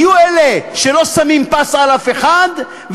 יהיו אלה שלא שמים פס על אף אחד,